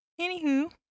Anywho